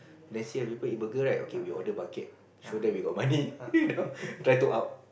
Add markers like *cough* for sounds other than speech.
then see other people eat burger right okay we order bucket show them we got money *laughs* try to up